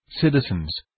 citizens